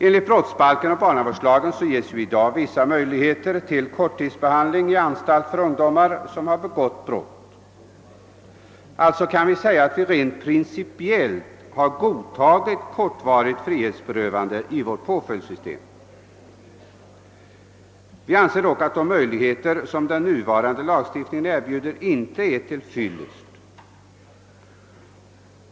Enligt brottsbalken och barnavårdslagen ges i dag vissa möjligheter till korttidsbehandling vid anstalt för ungdomar, som har begått brott. Man kan alltså säga att vi rent principiellt har godtagit kortvarigt frihetsberövande i vårt påföljdssystem. Vi anser dock att de möjligheter som den nuvarande lagstiftningen erbjuder inte är till fyllest.